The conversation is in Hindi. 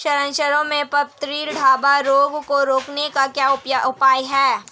सरसों में पत्ती धब्बा रोग को रोकने का क्या उपाय है?